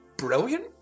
brilliant